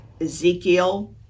Ezekiel